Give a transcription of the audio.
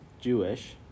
Jewish